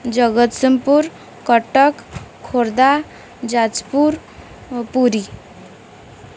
Jagatsinghpur Cuttack Khordha Jajpur Puri